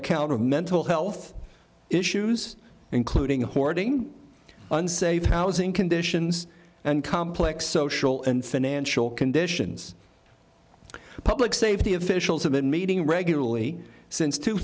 account of mental health issues including hoarding unsafe housing conditions and complex social and financial conditions public safety officials have been meeting regularly since two